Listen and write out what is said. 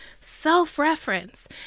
Self-reference